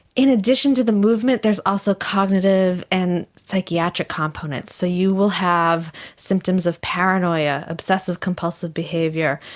in addition to the movement there is also cognitive and psychiatric components. so you will have symptoms of paranoia, obsessive compulsive behaviour,